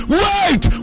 wait